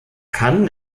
kann